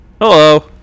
hello